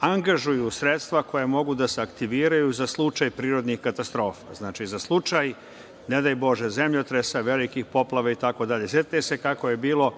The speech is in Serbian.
angažuju sredstva koja mogu da se aktiviraju za slučaj prirodnih katastrofa. Znači, za slučaj ne daj Bože zemljotresa, velikih poplava i tako dalje. Setite se kako je bilo